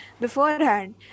beforehand